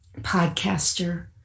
podcaster